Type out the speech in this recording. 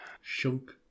Shunk